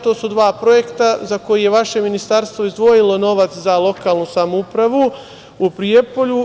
To su dva projekta za koje je vaše Ministarstvo izdvojilo novac za lokalnu samoupravu u Prijepolju.